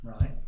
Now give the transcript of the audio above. Right